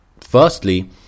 Firstly